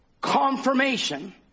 Confirmation